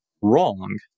wrong